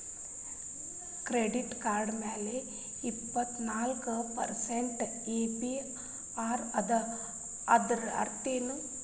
Credit card ಮ್ಯಾಲೆ ಇಪ್ಪತ್ನಾಲ್ಕ್ percent APR ಅದ ಅಂದ್ರೇನ್ ಅರ್ಥ?